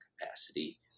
capacity